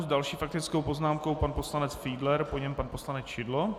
S další faktickou poznámkou pan poslanec Fiedler, po něm pan poslanec Šidlo.